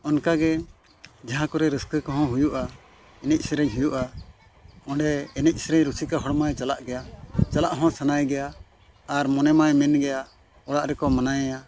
ᱚᱱᱠᱟᱜᱮ ᱡᱟᱦᱟᱸ ᱠᱚᱨᱮ ᱨᱟᱹᱥᱠᱟᱹ ᱠᱚᱦᱚᱸ ᱦᱩᱭᱩᱜᱼᱟ ᱮᱱᱮᱡ ᱥᱮᱨᱮᱧ ᱦᱩᱭᱩᱜᱼᱟ ᱚᱸᱰᱮ ᱮᱱᱮᱡ ᱥᱮᱨᱮᱧ ᱨᱩᱥᱤᱠᱟ ᱦᱚᱲᱢᱟᱭ ᱪᱟᱞᱟᱜ ᱜᱮᱭᱟ ᱪᱟᱞᱟᱜ ᱦᱚᱸ ᱥᱟᱱᱟᱭᱮ ᱜᱮᱭᱟ ᱟᱨ ᱢᱚᱱᱮᱢᱟᱭ ᱢᱮᱱ ᱜᱮᱭᱟ ᱚᱲᱟᱜ ᱨᱮᱠᱚ ᱢᱟᱱᱟᱭᱮᱭᱟ